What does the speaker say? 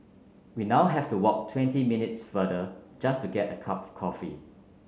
we now have to walk twenty minutes farther just to get a cup of coffee